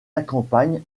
accompagne